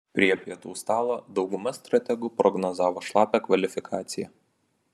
prie pietų stalo dauguma strategų prognozavo šlapią kvalifikaciją